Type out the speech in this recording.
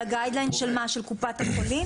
לדיין של מה של קופת החולים?